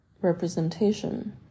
representation